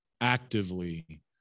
actively